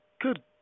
good